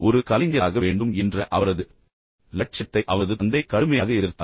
ஒரு கலைஞராக வேண்டும் என்ற அவரது லட்சியத்தை அவரது தந்தை கடுமையாக எதிர்த்தார்